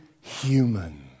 human